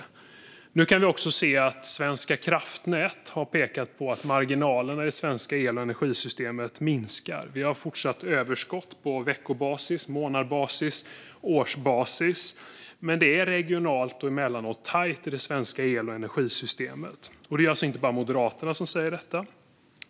Nu kan vi också se att Svenska kraftnät har pekat på att marginalerna i det svenska el och energisystemet minskar. Vi har fortfarande överskott på veckobasis, månadsbasis och årsbasis, men det är regionalt och emellanåt tajt i det svenska el och energisystemet. Det är alltså inte bara Moderaterna som säger detta.